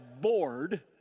bored